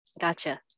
Gotcha